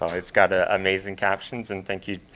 always got ah amazing captions. and thank you,